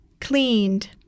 cleaned